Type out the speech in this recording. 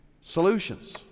solutions